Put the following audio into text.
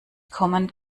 kommen